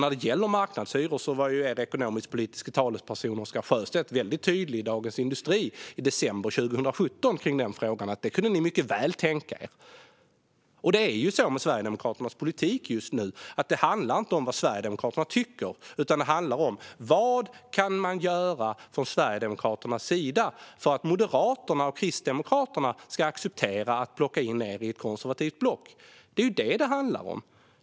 När det gäller marknadshyror var er ekonomisk-politiska talesperson Oscar Sjöstedt tydlig i den frågan i Dagens industri i december 2017: Det kunde ni mycket väl tänka er. Sverigedemokraternas politik just nu handlar inte om vad Sverigedemokraterna tycker utan om vad ni kan göra för att Moderaterna och Kristdemokraterna ska acceptera att plocka in er i ett konservativt block. Det är vad det handlar om.